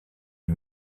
est